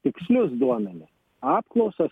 tikslius duomenis apklausas